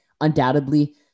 undoubtedly